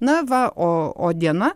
na va o o diena